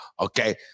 okay